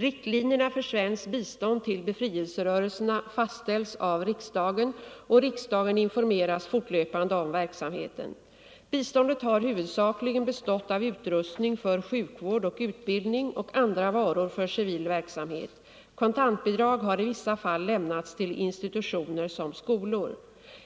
Riktlinjerna för svenskt bistånd till befrielserörelserna fastställs av riksdagen, och riksdagen informeras fortlöpande om verksamheten. Biståndet har huvudsakligen bestått av utrustning för sjukvård och utbildning och andra varor för civil verksamhet. Kontantbidrag har i vissa fall lämnats till såväl institutioner som skolor.